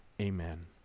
Amen